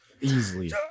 Easily